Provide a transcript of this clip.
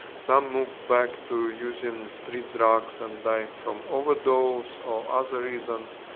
some moved back to using street drugs and died from overdose, or other reasons.